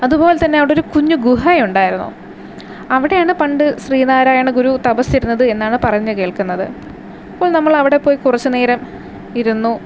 അതു പോലെ തന്നെ അവിടെ ഒരു കുഞ്ഞു ഗുഹ ഉണ്ടായിരുന്നു അവിടെയാണ് പണ്ട് ശ്രീനാരായണ ഗുരു തപസ്സിരുന്നത് എന്നാണ് പറഞ്ഞു കേൾക്കുന്നത് അപ്പോൾ നമ്മൾ അവിടെപ്പോയി കുറച്ചു നേരം ഇരുന്നു